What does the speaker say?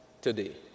today